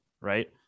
right